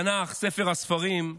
התנ"ך, ספר הספרים,